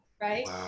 Right